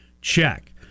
check